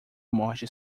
morte